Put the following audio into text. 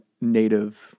native